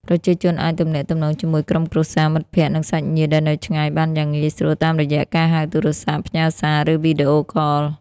ប្រជាជនអាចទំនាក់ទំនងជាមួយក្រុមគ្រួសារ មិត្តភក្តិ និងសាច់ញាតិដែលនៅឆ្ងាយបានយ៉ាងងាយស្រួលតាមរយៈការហៅទូរស័ព្ទ ផ្ញើសារ ឬវីដេអូខល។